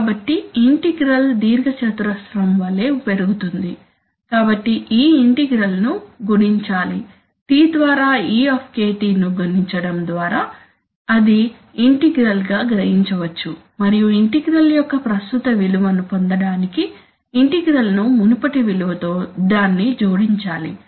కాబట్టి ఇంటిగ్రల్ దీర్ఘచతురస్రం వలె పెరుగుతుంది కాబట్టి ఈ ఇంటిగ్రల్ ను గుణించాలి T ద్వారా e ను గుణించడం ద్వారా అది ఇంటిగ్రల్ గా గ్రహించవచ్చు మరియు ఇంటిగ్రల్ యొక్క ప్రస్తుత విలువను పొందడానికి ఇంటిగ్రల్ ను మునుపటి విలువతో దాన్ని జోడించాలి